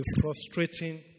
frustrating